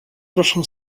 proszę